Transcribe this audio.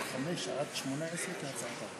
מרב מיכאלי, איתן כבל,